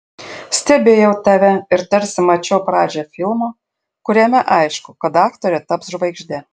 stebėjau tave ir tarsi mačiau pradžią filmo kuriame aišku kad aktorė taps žvaigžde